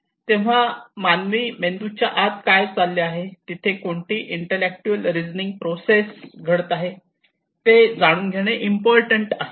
तेव्हा मानवी मेंदूच्या आत काय चालले आहे तिथे कोणती इंटलेक्च्युअल रीजनिंग प्रोसेस घडत असते ते जाणून घेणे इम्पॉर्टंट आहे